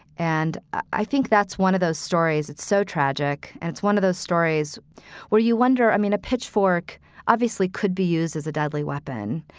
and i think that's one of those stories. it's so tragic and it's one of those stories where you wonder, i mean, a pitchfork obviously could be used as a deadly weapon.